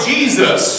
Jesus